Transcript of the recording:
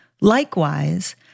Likewise